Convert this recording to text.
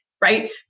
Right